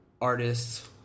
artists